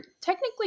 technically